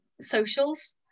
socials